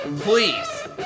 Please